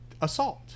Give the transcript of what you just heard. assault